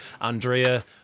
Andrea